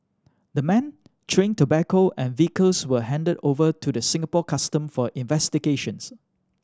the men chewing tobacco and vehicles were handed over to the Singapore Custom for investigations